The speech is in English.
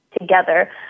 together